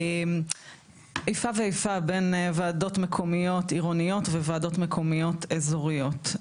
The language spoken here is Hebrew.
איפה ואיפה בין ועדות מקומיות עירוניות ועדות מקומיות אזורית.